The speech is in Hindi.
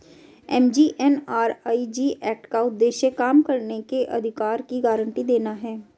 एम.जी.एन.आर.इ.जी एक्ट का उद्देश्य काम करने के अधिकार की गारंटी देना है